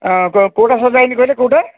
ଆ କୋଉଟା ସଜା ହୋଇନି କହିଲେ କୋଉଟା